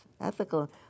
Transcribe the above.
Ethical